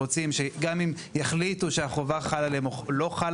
בין אם יחליטו שהחובה חלה עליהם או לא חלה